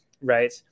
right